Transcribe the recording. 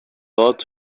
ought